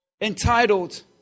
entitled